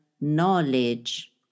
knowledge